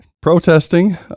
protesting